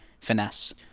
finesse